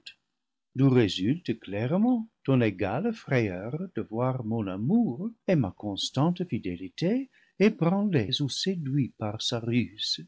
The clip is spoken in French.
d'où résulte clairement ton égale frayeur de voir mon amour et ma constante fidélité ébranlés ou séduits par